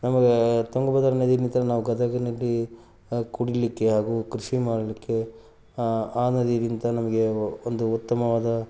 ನಮ್ಗೆ ತುಂಗಭದ್ರಾ ನದಿಯಲ್ ನಿಂತರೆ ನಾವು ಗದಗಿನಲ್ಲಿ ಕುಡೀಲಿಕ್ಕೆ ಹಾಗೂ ಕೃಷಿ ಮಾಡಲಿಕ್ಕೆ ಆ ನದಿಗಿಂತ ನಮಗೆ ಒಂದು ಉತ್ತಮವಾದ